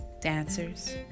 dancers